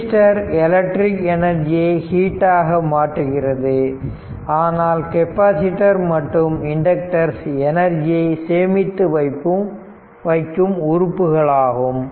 resistor electric எனர்ஜியை heat ஆக மாற்றுகிறது ஆனால் கெபாசிட்டர் மற்றும் இண்டக்டர்ஸ் எனர்ஜியை சேமித்து வைக்கும் உறுப்புகளாகும்